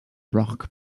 rock